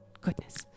goodness